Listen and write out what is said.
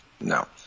No